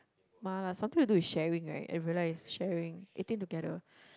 mala something to do with sharing right I realise sharing eating together